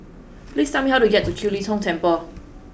please tell me how to get to Kiew Lee Tong Temple